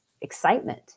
excitement